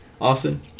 Austin